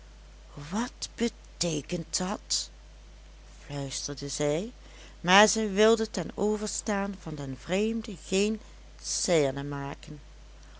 wat beteekent dat fluisterde zij maar zij wilde ten overstaan van den vreemde geen scène maken